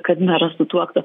kad meras sutuoktų